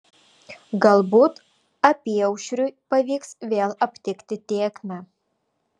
galbūt apyaušriui pavyks vėl aptikti tėkmę